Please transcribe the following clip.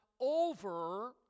Over